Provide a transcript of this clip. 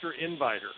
inviter